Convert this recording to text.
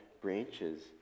Branches